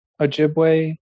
Ojibwe